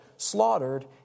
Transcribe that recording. slaughtered